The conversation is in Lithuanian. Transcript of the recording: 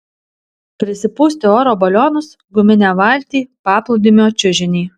prisipūsti oro balionus guminę valtį paplūdimio čiužinį